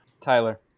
Tyler